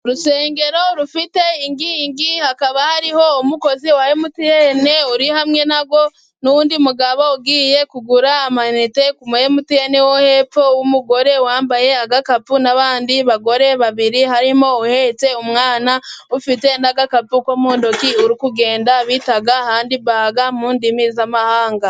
Urusengero rufite inkigi, hakaba hariho umukozi wa mtn uri hamwe narwo, nundi mugabo ugiye kugura amayinite, kumu emutiyani wo hepfo w'umugore wambaye agakapu, n'abandi bagore babiri harimo uhetse umwana, ufite n'agakapu ko mundoki uri kugenda bitaga handibaga mu ndimi zamahanga.